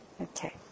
okay